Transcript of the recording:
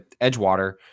Edgewater